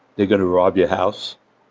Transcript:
they're going to rob your house,